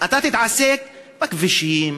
אתה תתעסק בכבישים,